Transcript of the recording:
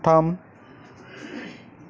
थाम